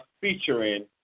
featuring